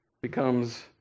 becomes